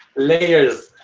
layers.